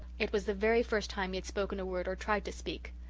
it was the very first time he had spoken a word or tried to speak.